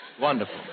Wonderful